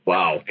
Wow